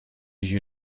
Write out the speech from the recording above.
you